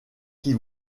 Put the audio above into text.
qu’il